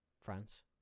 France